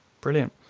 Brilliant